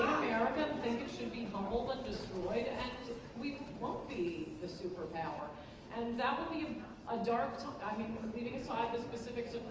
america should be humbled and destroyed and we won't be the superpower and that will be a dark time i mean leaving aside the specifics